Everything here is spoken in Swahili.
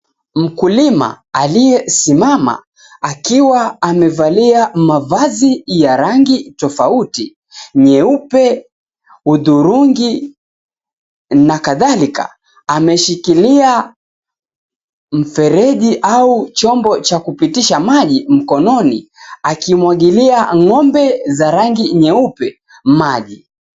Mkulima aliyesimama akiwa amevalia mavazi ya rangi tofauti, nyeupe, hudhurungi na kadhalika, ameshikilia mfereji au chombo cha kupitisha maji mkononi, akimwagilia ng'ombe za rangi nyeupe maji.